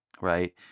right